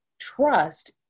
trust